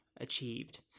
achieved